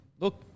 look